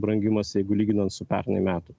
brangimas jeigu lyginant su pernai metai